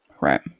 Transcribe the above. right